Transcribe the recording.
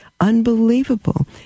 unbelievable